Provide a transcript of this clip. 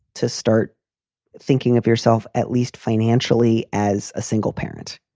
to start thinking of yourself, at least financially as a single parent.